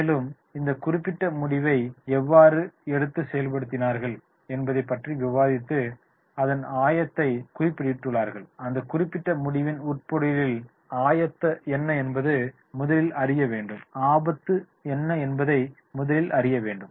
மேலும் இந்த குறிப்பிட்ட முடிவை எவ்வாறு எடுத்து செயல்படுத்தினீர்கள் என்பதைப்பற்றி விவாதித்து அதன் ஆபத்தை குறிப்பிட்டுள்ளீர்கள் அந்த குறிப்பிட்ட முடிவின் உட்பொருளில் ஆபத்து என்ன என்பதை முதலில் அறிய வேண்டும்